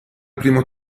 primo